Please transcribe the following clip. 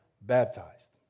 baptized